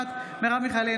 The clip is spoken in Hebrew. נוכחת מרב מיכאלי,